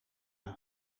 een